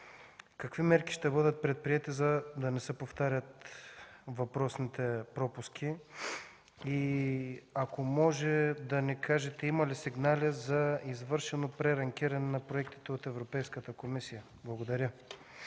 Какви мерки ще бъдат предприети, за да не се повтарят въпросните пропуски? Моля да ни кажете има ли сигнали за извършено прерамкиране на проектите от Европейската комисия. Благодаря.